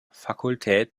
fakultät